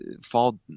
fall